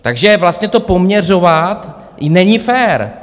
Takže vlastně to poměřovat není fér.